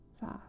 five